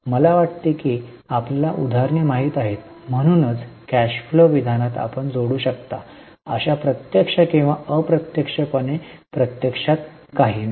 मला वाटते की आपल्याला उदाहरणे माहित आहेत म्हणूनच कॅश फ्लो विधानात आपण जोडू शकता अशा प्रत्यक्ष किंवा अप्रत्यक्षपणे प्रत्यक्षात काही नाही